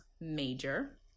major